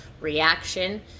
reaction